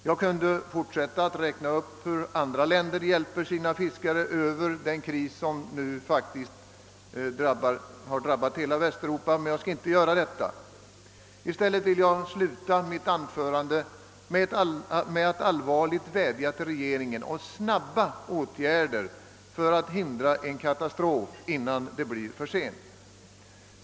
Jag skulle kunna fortsätta att räkna upp hur andra länder hjälper sina fiskare över den kris, som nu har drabbat hela Västeuropa, men jag skall inte göra det. I stället vill jag sluta mitt anföförande med att allvarligt vädja till regeringen om snabba åtgärder för att hindra en katastrof innan det blir för sent.